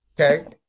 okay